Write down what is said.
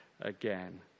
again